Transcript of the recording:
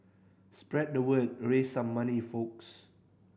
spread the word raise some money folks